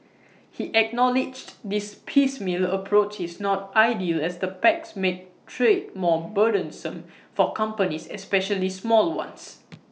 he acknowledged this piecemeal approach is not ideal as the pacts make trade more burdensome for companies especially small ones